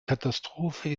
katastrophe